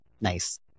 nice